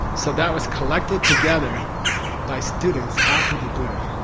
so, that was collected together by students after the buddha